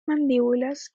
mandíbulas